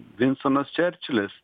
vinstonas čerčilis